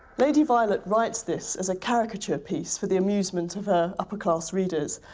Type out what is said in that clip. lady violet writes this as a caricature piece for the amusement of her upper class readers,